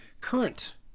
current